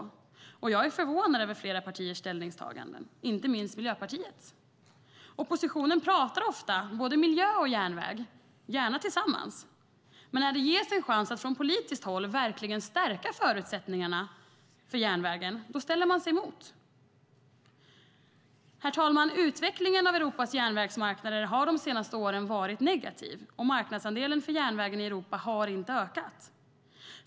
Här är jag förvånad över flera partiers ställningstaganden, inte minst Miljöpartiets. Oppositionen pratar ofta både miljö och järnväg - gärna tillsammans - men när det ges en chans att från politiskt håll verkligen stärka förutsättningarna för järnvägen ställer man sig emot. Herr talman! Utvecklingen av Europas järnvägsmarknader har de senaste åren varit negativ, och marknadsandelen för järnvägen i Europa har inte ökat.